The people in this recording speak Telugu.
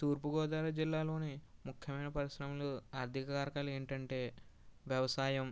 తూర్పుగోదావరి జిల్లాలోని ముఖ్యమైన పరిశ్రమలు ఆర్థిక కారకాలు ఏంటంటే వ్యవసాయం